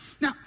Now